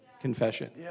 confession